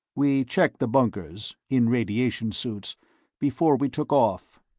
we checked the bunkers in radiation suits before we took off.